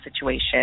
situation